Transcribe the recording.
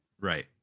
right